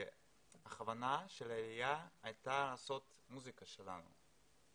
כוונת העלייה הייתה לעשות את המוסיקה שלנו.